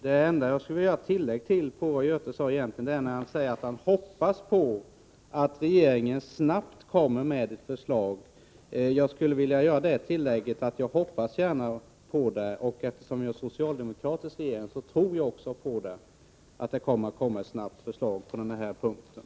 Det enda tillägget jag skulle vilja göra, när Göthe Knutson säger att han hoppas att regeringen snart kommer med ett förslag, är att säga att också jag hoppas detta. Och eftersom det är en socialdemokratisk regering, finns det 65 anledning att utgå ifrån att regeringen snart kommer att lägga fram förslag på den här punkten.